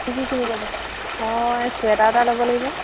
কি কি কিনিব আপুনি মই চুৱেটাৰ এটা ল'ব লাগিব